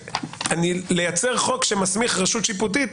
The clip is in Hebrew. לייצר חוק שמסמיך רשות שיפוטית,